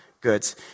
goods